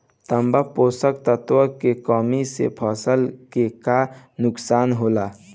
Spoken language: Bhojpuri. तांबा पोषक तत्व के कमी से फसल के का नुकसान होला?